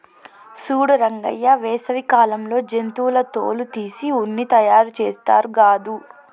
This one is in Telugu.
సూడు రంగయ్య వేసవి కాలంలో జంతువుల తోలు తీసి ఉన్ని తయారుచేస్తారు గాదు